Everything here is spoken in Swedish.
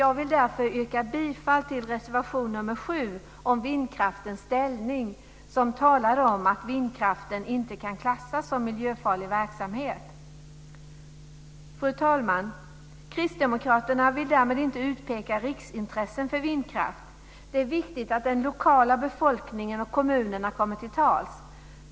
Jag vill därför yrka bifall till reservation 7 om vindkraftens ställning där det talas om att vindkraften inte kan klassas som miljöfarlig verksamhet. Fru talman! Kristdemokraterna vill därmed inte utpeka riksintressen för vindkraft. Det är viktigt att den lokala befolkningen och kommunerna kommer till tals.